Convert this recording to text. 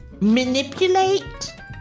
manipulate